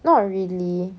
not really